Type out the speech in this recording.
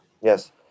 Yes